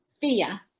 fear